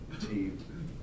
team